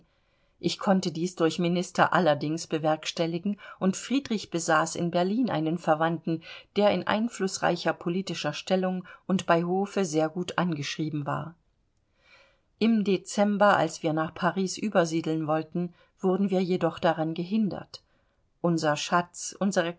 ich konnte dies durch minister allerdings bewerkstelligen und friedrich besaß in berlin einen verwandten der in einflußreicher politischer stellung und bei hofe sehr gut angeschrieben war im dezember als wir nach paris übersiedeln wollten wurden wir jedoch daran gehindert unser schatz unsere